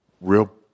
real